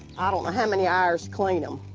i don't know how many hours kind of